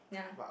yeah